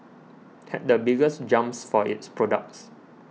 had the biggest jumps for its products